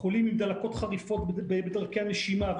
חולים עם דלקות חריפות בדרכי הנשימה,